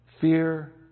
Fear